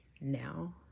now